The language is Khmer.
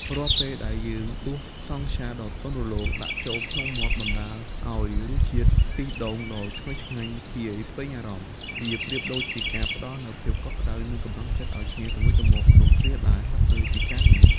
រាល់ពេលដែលយើងដួសសង់ខ្យាដ៏ទន់រលោងដាក់ចូលក្នុងមាត់បណ្ដាលឱ្យរសជាតិខ្ទិះដូងដ៏ឈ្ងុយឆ្ងាញ់ភាយពេញអារម្មណ៍ វាប្រៀបដូចជាការផ្ដល់នូវភាពកក់ក្ដៅ និងកម្លាំងចិត្តឱ្យគ្នាទៅវិញទៅមកក្នុងគ្រាដែលហត់នឿយពីការងារ។